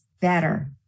better